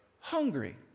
hungry